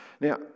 Now